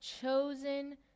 chosen